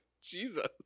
Jesus